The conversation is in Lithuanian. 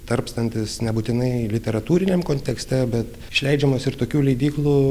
tarpstantis nebūtinai literatūriniam kontekste bet išleidžiamas ir tokių leidyklų